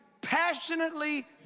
passionately